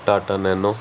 Tata nano